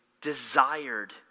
desired